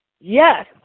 Yes